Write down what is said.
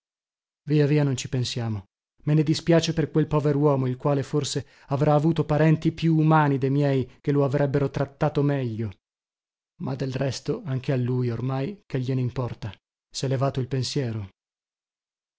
via via non ci pensiamo me ne dispiace per quel poveruomo il quale forse avrà avuto parenti più umani de miei che lo avrebbero trattato meglio ma del resto anche a lui ormai che glienimporta sè levato il pensiero